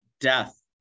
death